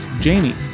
Jamie